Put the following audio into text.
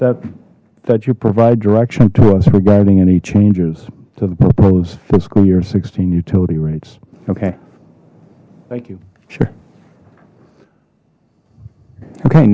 that that you provide direction to us regarding any changes to the proposed fiscal year sixteen utility rates okay thank you sure okay